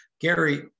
Gary